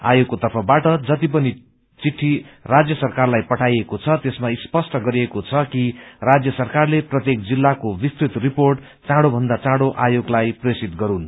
आयोगको तर्फबाट जति पनि चिट्टी राज्य सरकारलाई पठाइएको छ त्यसमा स्पष्ट गरिएको छ कि राज्य सरकारले प्रत्येक जिल्लाको विस्तृत रिपोर्ट चाँड़ो भन्दा चाँड़ो आयोगलाई प्रेसित गरून्